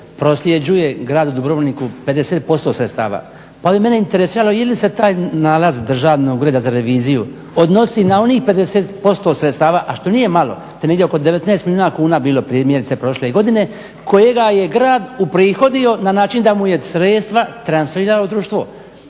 prosljeđuje gradu Dubrovniku 50% sredstava. Pa bi mene interesiralo je li se taj nalaz Državnog ureda za reviziju odnosi na onih 50% sredstava, a što nije malo, to je negdje oko 19 milijuna kuna bilo primjerice prošle godine, kojega je grad uprihodio na način da mu je sredstva transferiralo društvo.